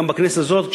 גם בכנסת הזאת,